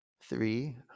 Three